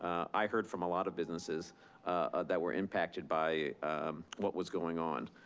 i heard from a lot of businesses that were impacted by what was going on.